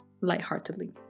Lightheartedly